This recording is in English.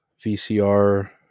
VCR